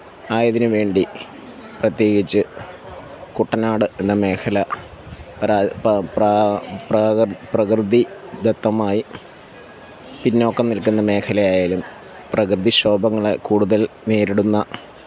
ആയതിനു വേണ്ടി പ്രത്യേകിച്ച് കുട്ടനാട് എന്ന മേഖല പ്ര പ്രകൃതിദത്തമായി പിന്നോക്കം നില്ക്കുന്ന മേഖലയായാലും പ്രകൃതി ക്ഷോഭങ്ങളെ കൂടുതല് നേരിടുന്ന